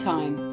Time